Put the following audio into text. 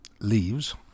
leaves